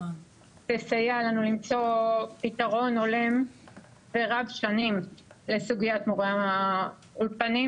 תסייע לנו למצוא פתרון הולם ורב שנים לסוגיית מורי האולפנים,